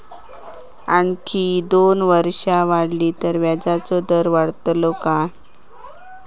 आणखी दोन वर्षा वाढली तर व्याजाचो दर वाढतलो काय?